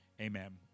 amen